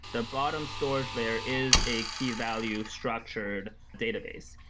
the bottom storage layer is a key value structured database,